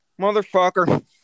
motherfucker